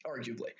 arguably